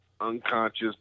unconscious